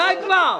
די כבר.